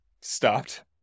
stopped